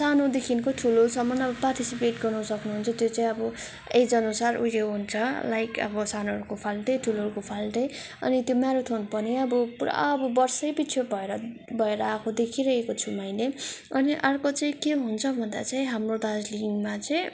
सानोदेखिको ठुलोसम्म पार्टिसिपेट गर्न सक्नुहुन्छ त्यो चाहिँ अब एजअनुसार उयो हुन्छ लाइक अब सानोहरूको फाल्टै ठुलोहरूको फाल्टै अनि त्यो म्याराथन पनि अब पुरा अब वर्षैपिछे भएर भएर आएको देखिरहेको छु मैले अनि अर्को चाहिँ के हुन्छ भन्दा चाहिँ हाम्रो दार्जिलिङमा चाहिँ